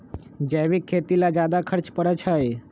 जैविक खेती ला ज्यादा खर्च पड़छई?